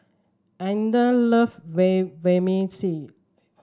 Etna love Vermicelli